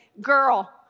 girl